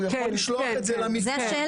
הוא יכול לשלוח את זה למפעל.